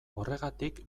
horregatik